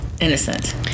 Innocent